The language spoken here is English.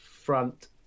front